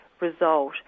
result